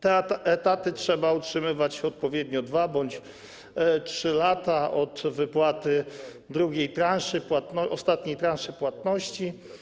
Te etaty trzeba utrzymywać odpowiednio 2 bądź 3 lata od wypłaty drugiej transzy, ostatniej transzy płatności.